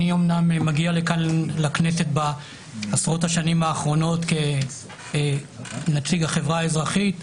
אני אומנם מגיע לכנסת בעשרות השנים האחרונות כנציג החברה האזרחית,